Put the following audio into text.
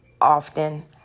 often